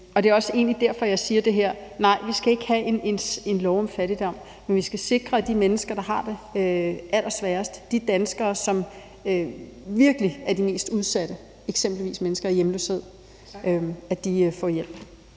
egentlig er også derfor, jeg siger det her. Nej, vi skal ikke have en lov om fattigdom, men vi skal sikre, at de mennesker, der har det allersværest, de danskere, som virkelig er de mest udsatte, eksempelvis mennesker i hjemløshed, får hjælp.